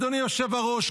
אדוני היושב-ראש,